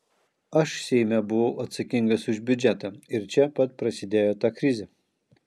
aš seime buvau atsakingas už biudžetą ir čia pat prasidėjo ta krizė